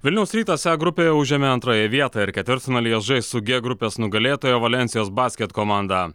vilniaus rytas e grupėje užėmė antrąją vietą ir ketvirtfinalyje žais su g grupės nugalėtoja valensijos basket komanda